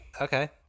Okay